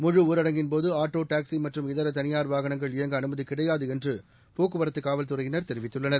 முழுஊரடங்கின்போது auto taxi மற்றும் இதர தனியார் வாகனங்கள் இயங்க அனுமதி கிடையாது என்று போக்குவரத்து காவல்துறையினர் தெரிவித்துள்ளனர்